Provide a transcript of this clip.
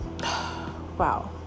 wow